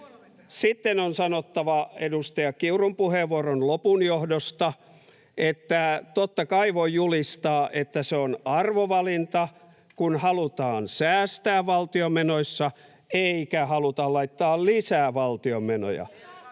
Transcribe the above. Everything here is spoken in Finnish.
Sitten on sanottava edustaja Kiurun puheenvuoron lopun johdosta, että totta kai voi julistaa, että se on arvovalinta, kun halutaan säästää valtion menoissa eikä haluta laittaa lisää valtion menoja.